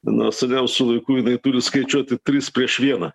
nuo seniausių laikų jinai turi skaičiuoti trys prieš vieną